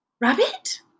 Rabbit